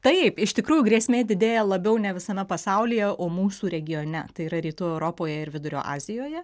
taip iš tikrųjų grėsmė didėja labiau ne visame pasaulyje o mūsų regione tai yra rytų europoje ir vidurio azijoje